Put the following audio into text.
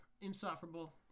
insufferable